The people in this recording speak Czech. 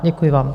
Děkuji vám.